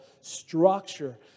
structure